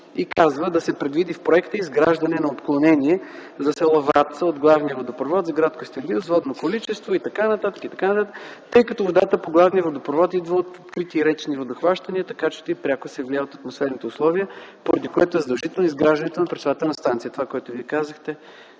и казва: „да се предвиди в проекта изграждане на отклонение за с. Вратца от главния водопровод за гр. Кюстендил с водно количество” и т.н., и т.н. „Тъй като водата по главния водопровод идва от открити речни водохващания, то качеството й пряко се влияе от атмосферните условия, поради което е задължително изграждането на пречиствателна станция”. Това е мътната